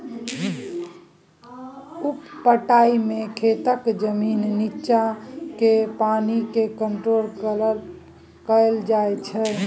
उप पटाइ मे खेतक जमीनक नीच्चाँ केर पानि केँ कंट्रोल कएल जाइत छै